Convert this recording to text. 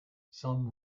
some